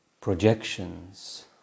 projections